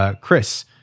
Chris